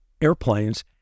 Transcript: airplanes